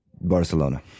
Barcelona